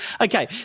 Okay